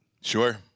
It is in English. Sure